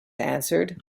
answered